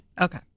Okay